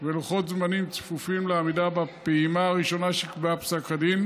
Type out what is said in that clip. ולוחות זמנים צפופים לעמידה בפעימה הראשונה שנקבעה בפסק הדין,